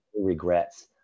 regrets